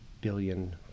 billion